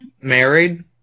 married